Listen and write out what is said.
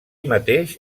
mateix